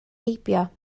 heibio